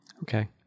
Okay